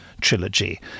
trilogy